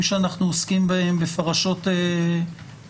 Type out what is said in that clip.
שאנחנו עוסקים בהם בפרשות השבוע.